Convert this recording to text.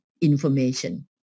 information